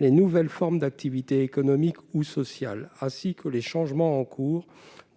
les nouvelles formes d'activités économiques ou sociales, ainsi que les changements en cours